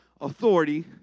authority